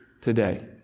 today